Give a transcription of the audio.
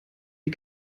die